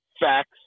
facts